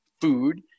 food